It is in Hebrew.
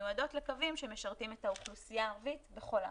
שמיועדות לקווים שמשרתים את האוכלוסייה הערבית בכל הארץ,